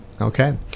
Okay